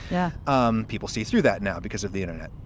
yeah. um people see through that now because of the internet.